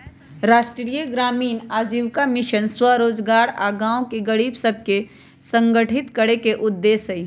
राष्ट्रीय ग्रामीण आजीविका मिशन स्वरोजगार आऽ गांव के गरीब सभके संगठित करेके उद्देश्य हइ